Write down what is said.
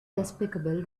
despicable